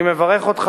אני מברך אותך,